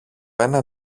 ένα